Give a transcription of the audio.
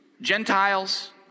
Gentiles